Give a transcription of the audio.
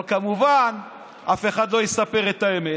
אבל כמובן אף אחד לא יספר את האמת,